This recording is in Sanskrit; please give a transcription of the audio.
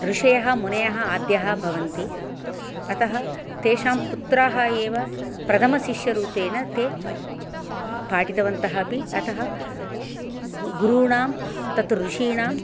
ऋषयः मुनयः आद्यः भवन्ति अतः तेषां पुत्राः एव प्रथमशिष्यस्य रूपेण ते पाठितवन्तः अपि अतः गुरूणां तत् ऋषीणां